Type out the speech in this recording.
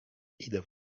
idę